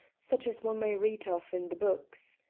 such as one may read of in the books.